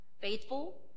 faithful